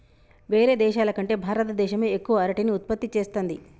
వేరే దేశాల కంటే భారత దేశమే ఎక్కువ అరటిని ఉత్పత్తి చేస్తంది